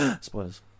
Spoilers